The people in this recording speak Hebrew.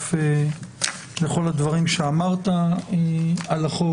שותף לכל הדברים שאמרת על החוק.